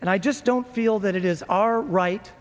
and i just don't feel that it is our right